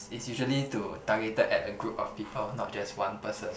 it's usually to targeted at a group of people not just one person